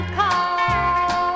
call